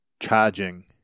charging